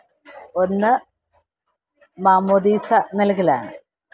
ഒന്ന് മാമോദീസ നല്കലാണ്